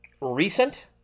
Recent